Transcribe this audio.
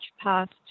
past